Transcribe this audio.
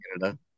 canada